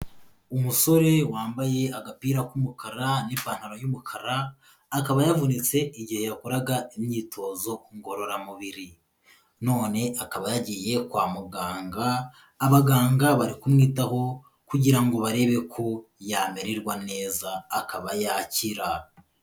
Umusore wambaye agapira k'umukara n'ipantaro y'umukara, akaba yavunitse igihe yakoraga imyitozo ngororamubiri none akaba yagiye kwa muganga, abaganga bari kumwitaho kugira ngo barebe ko yamererwa neza akaba yakira.